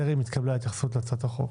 טרם התקבלה התייחסות להצעת החוק.